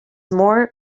more